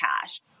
cash